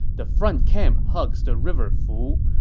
the front camp hugs the river fu.